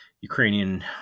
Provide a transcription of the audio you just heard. Ukrainian